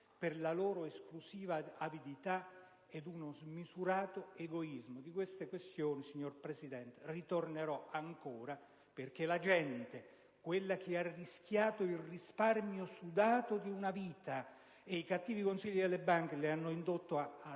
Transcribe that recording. per loro esclusiva avidità e smisurato egoismo. Di tali questioni, signor Presidente, ritornerò ancora a parlare perché la gente che ha rischiato il risparmio sudato di una vita per i cattivi consigli delle banche che hanno indotto ad